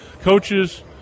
coaches